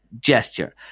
gesture